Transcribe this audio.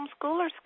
homeschoolers